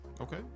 Okay